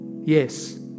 Yes